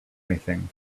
anything